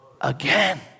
Again